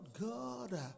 God